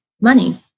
money